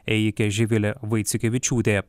ėjikė živilė vaiciukevičiūtė